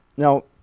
now